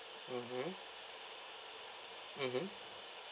mmhmm mmhmm